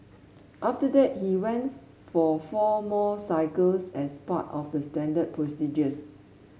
after that he went for four more cycles as part of the standard procedures